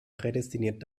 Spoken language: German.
prädestiniert